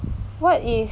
what if